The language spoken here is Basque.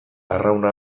arrauna